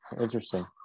Interesting